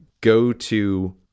go-to